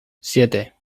siete